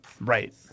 Right